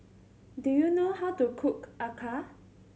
do you know how to cook acar